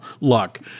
luck